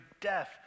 death